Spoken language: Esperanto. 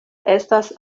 estas